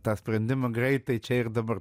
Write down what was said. tą sprendimą greitai čia ir dabar